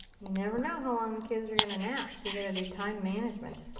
you never know how long the kids are gonna nap, so you gotta do time management.